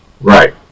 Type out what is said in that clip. Right